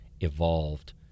evolved